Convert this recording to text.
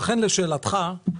לכן לשאלתך,